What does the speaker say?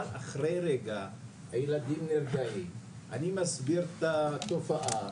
אבל אחרי רגע הילדים נרגעים, אני מסביר את התופעה